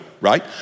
right